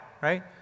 right